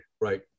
right